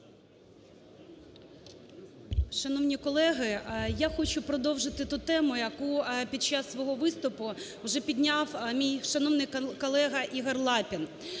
Шановні колеги! Я хочу продовжити ту тему, яку під час свого виступу вже підняв мій шановний колега Ігор Лапін.